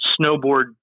snowboard